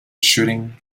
shooting